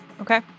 Okay